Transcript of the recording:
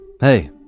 Hey